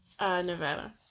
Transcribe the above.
Nevada